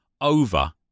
over